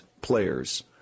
players